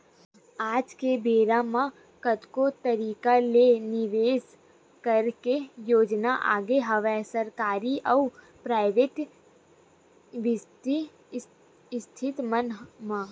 आज के बेरा म कतको तरिका ले निवेस करे के योजना आगे हवय सरकारी अउ पराइेवट बित्तीय संस्था मन म